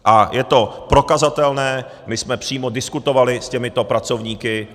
A je to prokazatelné, my jsme to přímo diskutovali s těmito pracovníky.